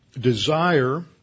desire